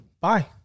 bye